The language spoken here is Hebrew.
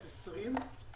את חוזרת כאילו אנחנו שוכחים.